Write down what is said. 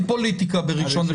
אין פוליטיקה ביום ראשון.